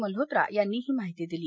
मल्होत्रा यांनी ही माहिती दिली